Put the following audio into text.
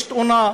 יש תאונה,